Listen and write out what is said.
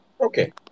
okay